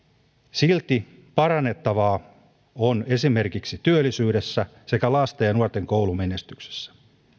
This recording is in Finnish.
silti parannettavaa on esimerkiksi työllisyydessä sekä lasten ja nuorten koulumenestyksessä